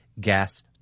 gas